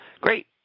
Great